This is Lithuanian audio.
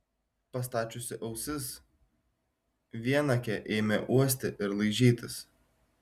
pastačiusi ausis vienakė ėmė uosti ir laižytis